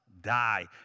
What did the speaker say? die